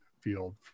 field